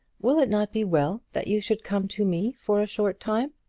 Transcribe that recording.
will it not be well that you should come to me for a short time?